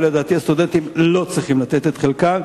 ולדעתי הסטודנטים לא צריכים לתת את חלקם.